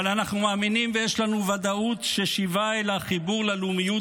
אבל אנחנו מאמינים ויש לנו ודאות ששיבה אל החיבור ללאומיות